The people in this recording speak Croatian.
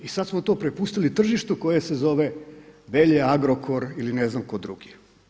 I sada smo to prepustili tržištu koje se zove Belje, Agrokor ili ne znam tko drugi.